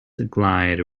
glide